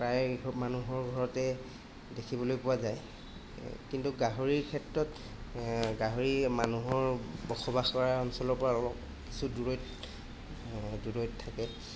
প্ৰায় মানুহৰ ঘৰতে দেখিবলৈ পোৱা যায় কিন্তু গাহৰিৰ ক্ষেত্ৰত গাহৰি মানুহৰ বসবাস কৰা অঞ্চলৰ পৰা অলপ কিছু দূৰৈত দূৰৈত থাকে